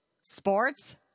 Sports